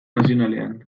nazionalean